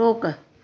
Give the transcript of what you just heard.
रोकु